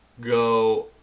go